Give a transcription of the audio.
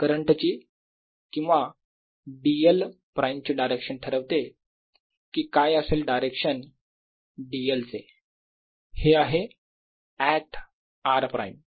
तर करंटची किंवा dl प्राईम ची डायरेक्शन ठरवते की काय असेल डायरेक्शन dl चे हे आहे ऍट r प्राईम